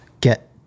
get